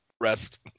rest